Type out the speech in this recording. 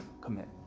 commit